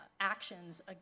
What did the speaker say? actions